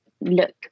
look